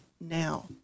now